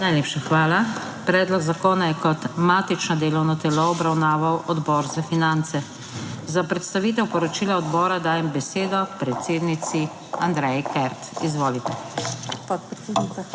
Najlepša hvala. Predlog zakona je kot matično delovno telo obravnaval Odbor za finance. Za predstavitev poročila odbora dajem besedo predsednici Andreji Kert. Izvolite.